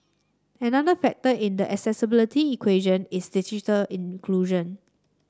another factor in the accessibility equation is digital inclusion